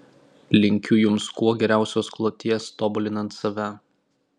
linkiu jums kuo geriausios kloties tobulinant save